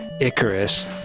Icarus